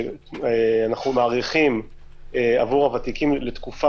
שאנחנו מאריכים עבור הוותיקים לתקופה